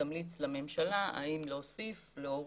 שתמליץ לממשלה האם להוסיף או להוריד.